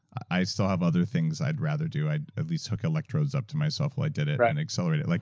i still have other things i'd rather do. i'd at least hook electrodes up to myself while i did it and accelerate it. like